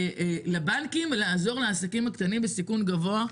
לבנקים על מנת לעזור לעסקים הקטנים בסיכון גבוה.